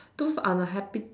those are the happy